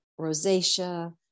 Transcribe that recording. rosacea